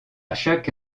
chaque